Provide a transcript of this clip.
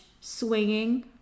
swinging